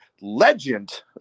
legend